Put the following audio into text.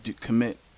commit